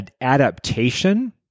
adaptation